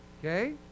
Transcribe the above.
Okay